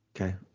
Okay